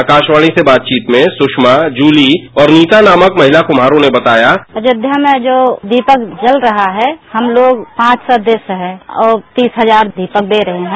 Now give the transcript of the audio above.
आकाशवाणी से बातचीत में सुषमा जुली और नीता नामक महिला कुम्हारों ने बताया अयोध्या में जो दीपक जल रहा है हमलोग पांच सदस्य है और तीस हजार दीपक दे रहे हैं